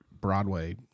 Broadway